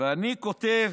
ואני כותב,